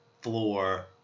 floor